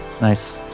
Nice